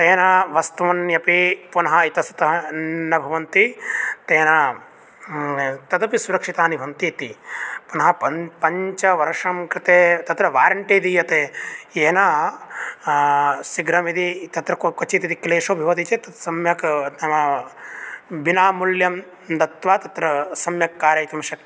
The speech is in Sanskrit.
तेन वस्तून्यपि पुनः इतस्ततः न भवन्ति तेन तदपि सुरक्षितानि भवन्ति इति पुनः पञ् पञ्च वर्षं कृते तत्र वारण्टी दीयते येन शीघ्रं यदि तत्र क्व क्वचित् यदि क्लेशो भवति चेत् सम्यक् नाम विना मूल्यं दत्वा तत्र सम्यक् कारयितुं शक्